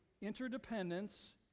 interdependence